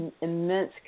immense